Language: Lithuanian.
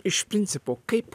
iš principo kaip